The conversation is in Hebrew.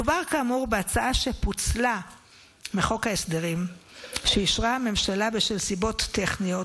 מדובר כאמור בהצעה שפוצלה מחוק ההסדרים שאישרה הממשלה בשל סיבות טכניות,